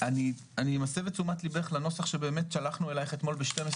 אני מסב את תשומת לבך לנוסח שבאמת שלחנו אליך אתמול בחצות.